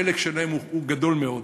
החלק שלהם הוא גדול מאוד.